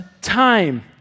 time